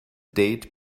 date